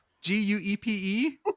G-U-E-P-E